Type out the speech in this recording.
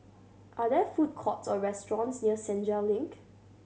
are there food courts or restaurants near Senja Link